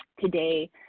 today